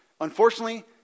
Unfortunately